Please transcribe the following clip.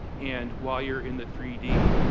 and while you're in the three d,